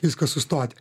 viskas sustoti